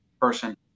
person